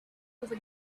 over